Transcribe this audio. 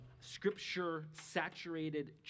Scripture-saturated